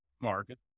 market